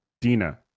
Dina